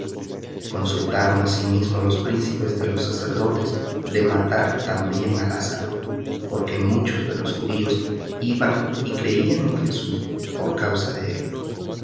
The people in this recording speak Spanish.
consultaron asimismo los príncipes de los sacerdotes de matar también á lázaro porque muchos de los judíos iban y creían en jesús por causa de él